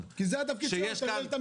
היועץ המשפטי, אתה מכיר דבר כזה?